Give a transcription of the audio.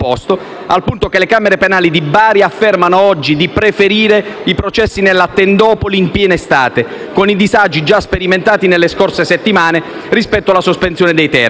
al punto che le camere penali di Bari affermano oggi di preferire i processi nella tendopoli in piena estate, con i disagi già sperimentati nelle scorse settimane, rispetto alla sospensione dei termini.